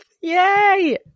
Yay